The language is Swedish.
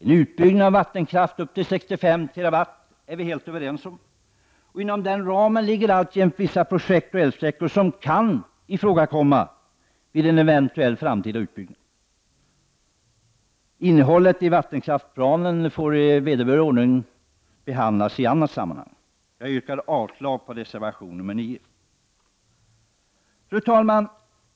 En utbyggnad av vattenkraft upp till 65 TWh är vi överens om. Inom den ramen ligger alltjämt vissa projekt och älvsträckor som kan ifrågakomma vid en eventuell framtida utbyggnad. Innehållet i vattenkraftsplanen får i vederbörlig ordning behandlas i annat sammanhang. Jag yrkar avslag på reservation nr 9. Fru talman!